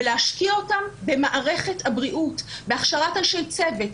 ולהשקיע אותם במערכת הבריאות: בהכשרת אנשי צוות,